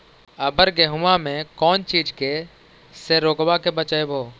अबर गेहुमा मे कौन चीज के से रोग्बा के बचयभो?